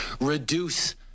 reduce